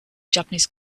japanese